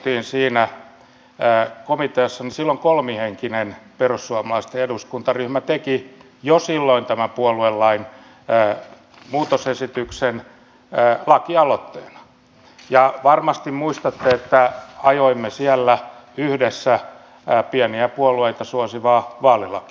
silloin kun istuttiin siinä komiteassa silloin kolmihenkinen perussuomalaisten eduskuntaryhmä teki jo silloin tämän puoluelain muutosesityksen lakialoitteena ja varmasti muistatte että ajoimme siellä yhdessä pieniä puolueita suosivaa vaalilakia